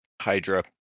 Hydra